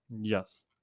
Yes